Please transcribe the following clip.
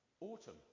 autumn